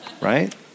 Right